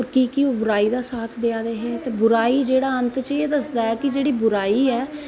और कि के ओह् बुराई दा साथ देआ दे हे बुराई जेहड़ी ऐ अंत च एह् दस्से दा ऐ कि जेहड़ी बुराई ऐ